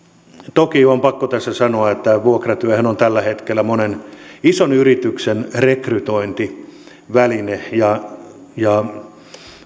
toki on pakko tässä sanoa että vuokratyöhän on tällä hetkellä monen ison yrityksen rekrytointiväline ja ja